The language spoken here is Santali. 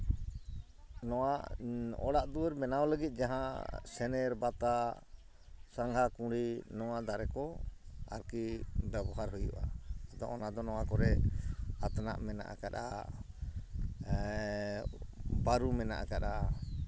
ᱱᱚᱣᱟ ᱚᱲᱟᱜ ᱫᱩᱣᱟᱹᱨ ᱵᱮᱱᱟᱣ ᱞᱟᱹᱜᱤᱫ ᱡᱟᱦᱟᱸ ᱥᱮᱱᱮᱨ ᱵᱟᱛᱟ ᱥᱟᱸᱜᱷᱟ ᱠᱩᱬᱤ ᱱᱚᱣᱟ ᱫᱟᱨᱮ ᱠᱚ ᱟᱨᱠᱤ ᱵᱮᱵᱚᱦᱟᱨ ᱦᱩᱭᱩᱜᱼᱟ ᱟᱫᱚ ᱱᱚᱣᱟ ᱫᱚ ᱱᱚᱣᱟ ᱠᱚᱨᱮ ᱟᱛᱱᱟᱜ ᱢᱮᱱᱟᱜ ᱠᱟᱜᱼᱟ ᱵᱟᱹᱨᱩ ᱢᱮᱱᱟᱜ ᱟᱠᱟᱫᱼᱟ